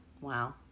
Wow